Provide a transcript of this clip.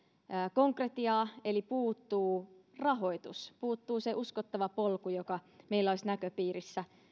konkretiaa eli puuttuu rahoitus puuttuu uskottava polku joka meillä olisi näköpiirissä